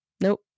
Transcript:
Nope